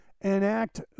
enact